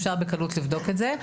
אפשר בקלות לבדוק את זה.